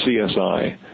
CSI